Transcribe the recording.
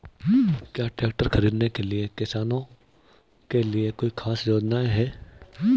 क्या ट्रैक्टर खरीदने के लिए किसानों के लिए कोई ख़ास योजनाएं हैं?